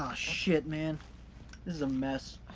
ah shit, man. this is a mess.